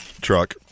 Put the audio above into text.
truck